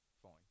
fine